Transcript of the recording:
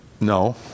No